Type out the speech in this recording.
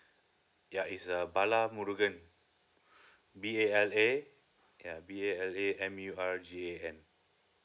ya it's a bala murgan B A L A ya B A L A M U R G A N